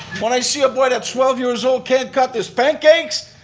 when i see a boy that's twelve years old, can't cut his pancakes?